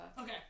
Okay